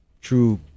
true